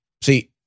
See